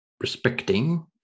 respecting